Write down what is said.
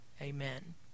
Amen